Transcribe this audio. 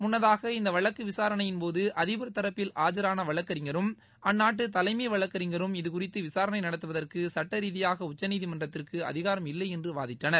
முன்னதாக இந்த வழக்கு விசாரணையின்போது அதிபர் தரப்பில் ஆஜரான வழக்கறிஞரும் அந்நாட்டு தலைமை வழக்கறிஞரும் இது குறித்து விசூரணை நடத்துவதற்கு சட்டரீதியாக உச்சநீதிமன்றத்திற்கு அதிகாரம் இல்லை என்று வாதிட்டனர்